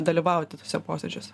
dalyvauti tuose posėdžiuose